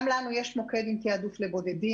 גם לנו יש מוקד עם תעדוף לבודדים.